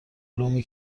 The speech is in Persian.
علومی